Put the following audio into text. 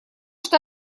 что